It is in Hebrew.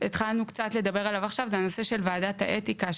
התחלנו קצת לדבר עליו עכשיו הוא הנושא של ועדת האתיקה,